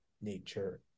nature